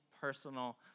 personal